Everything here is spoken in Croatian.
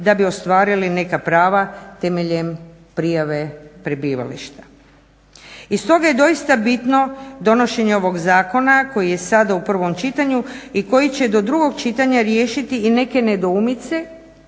da bi ostvarili neka prava temeljem prijave prebivališta. I stoga je doista bitno donošenje ovog zakona koji je sada u prvom čitanju i koji će do drugog čitanja riješiti i neke nedoumice